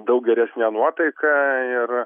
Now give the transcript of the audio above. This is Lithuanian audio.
daug geresne nuotaika ir